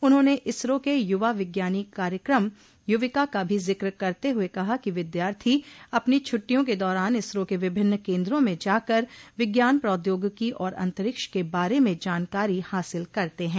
उन्होंने इसरो के यूवा विज्ञानी कार्यक्रम युविका का भी जिक्र करते हुए कहा कि विद्यार्थी अपनी छुट्टियों के दौरान इसरो के विभिन्न केन्द्रों में जाकर विज्ञान प्रौद्योगिकी और अंतरिक्ष के बारे में जानकारी हासिल करते हैं